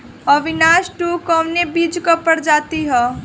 अविनाश टू कवने बीज क प्रजाति ह?